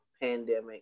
pandemic